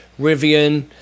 Rivian